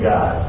God